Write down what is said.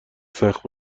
سخت